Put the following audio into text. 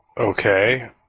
okay